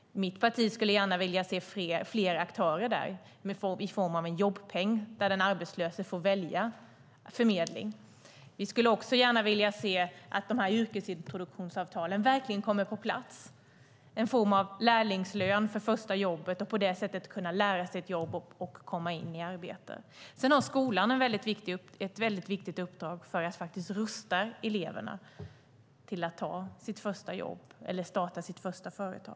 Mitt parti skulle gärna vilja se fler aktörer och en form av en jobbpeng där den arbetslöse får välja förmedling. Vi skulle också gärna vilja se att de här yrkesintroduktionsavtalen verkligen kommer på plats. Det är en form av lärlingslön för det första jobbet. På det sättet skulle man kunna lära sig ett jobb och komma in i arbete. Sedan har skolan ett viktigt uppdrag att rusta eleverna inför att de ska ta sitt första jobb eller starta sitt första företag.